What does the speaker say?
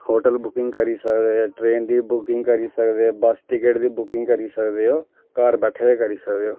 hotel booking करी सकदे train दी बुकिंग करी सकदे बस टिकट दी बुकिंग करी सकदेओ घार बैठे दे करी सकदे ओ